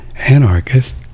anarchist